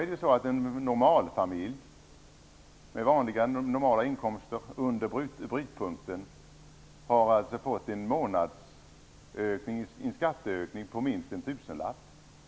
I dag har en normalfamilj, med vanliga inkomster under brytpunkten, fått en skatteökning med minst en tusenlapp.